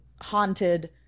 haunted